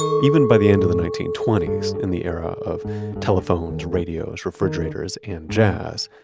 even by the end of the nineteen twenty s, in the era of telephones, radios, refrigerators, and jazz,